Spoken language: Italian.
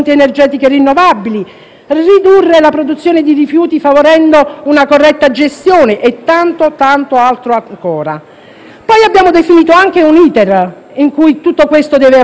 ridurre la produzione di rifiuti favorendo una corretta gestione, e tanto, tanto altro ancora. Abbiamo, poi, definito anche un *iter* secondo cui tutto questo deve avvenire: